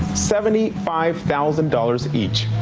seventy five thousand dollars each.